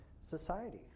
society